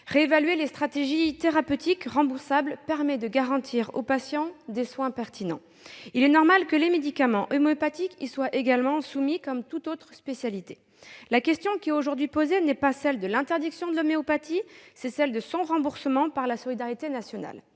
Réévaluer les stratégies thérapeutiques remboursables permet de garantir aux patients des soins pertinents. Il est normal que les médicaments homéopathiques y soient également soumis comme toute autre spécialité. La question qui est aujourd'hui posée est celle non pas de l'interdiction de l'homéopathie, mais de son remboursement par la solidarité nationale.